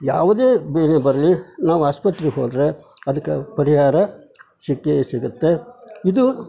ಯಾವುದೇ ಬೇರೆ ಬರಲಿ ನಾವು ಆಸ್ಪತ್ರೆ ಹೋದರೆ ಅದಕ್ಕೆ ಪರಿಹಾರ ಸಿಕ್ಕೇ ಸಿಗುತ್ತೆ ಇದು